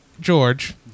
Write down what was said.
George